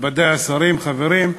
מכובדי השרים, חברים,